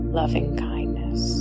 loving-kindness